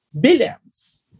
billions